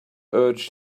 urged